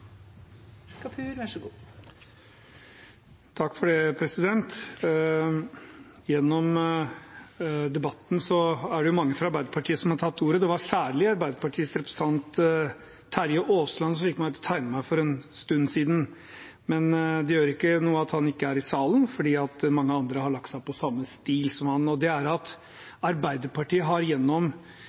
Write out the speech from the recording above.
Kapur [16:17:23]: Gjennom debatten er det mange fra Arbeiderpartiet som har tatt ordet. Det var særlig Arbeiderpartiets representant Terje Aasland som fikk meg til å tegne meg for en stund siden. Det gjør ikke noe at han ikke er i salen, for mange andre har lagt seg på samme stil som ham. Det er at Arbeiderpartiet gjennom denne debatten, og også i tidligere debatter, har